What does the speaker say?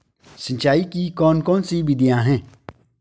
सिंचाई की कौन कौन सी विधियां हैं?